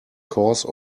cause